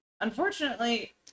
unfortunately